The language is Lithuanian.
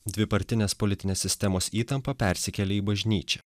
dvipartinės politinės sistemos įtampa persikėlė į bažnyčią